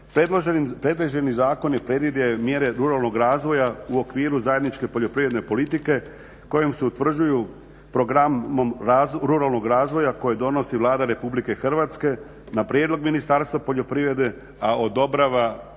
Predloženi zakoni predviđaju mjere ruralnog razvoja u okviru zajedničke poljoprivredne politike kojom se utvrđuju programom ruralnog razvoja koji donosi Vlada RH na prijedlog Ministarstva poljoprivrede a odobrava